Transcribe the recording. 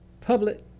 public